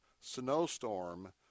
snowstorm